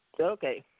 Okay